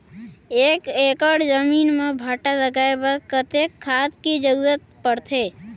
एक एकड़ जमीन म भांटा लगाय बर कतेक खाद कर जरूरत पड़थे?